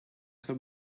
her